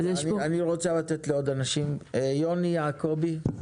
אני רוצה לתת לעוד אנשים, יוני יעקובי.